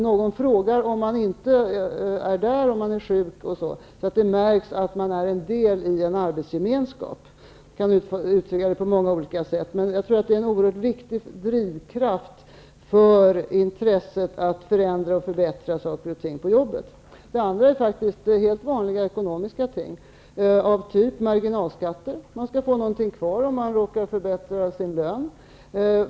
Någon frågar om man inte är där när man är sjuk, osv. Man måste märka att man är en del av en arbetsgemenskap. Det kan uttryckas på många olika sätt, men jag tror att det där är en mycket viktig drivkraft när det gäller intresset att ändra och förbättra förhållanden på jobbet. Det andra gäller faktiskt helt vanliga ekonomiska saker, typ marginalskatter. Man skall få något kvar om man råkar få högre lön.